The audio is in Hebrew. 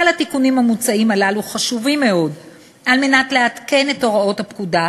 כל התיקונים המוצעים הללו חשובים מאוד על מנת לעדכן את הוראות הפקודה,